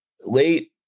late